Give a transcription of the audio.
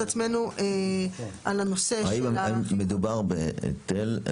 עצמנו על הנושא של --- האם מדובר בהיטל?